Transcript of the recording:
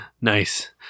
Nice